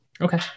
Okay